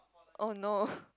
orh no